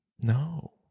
No